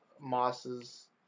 mosses